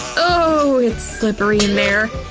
ooh, it's slippery in there.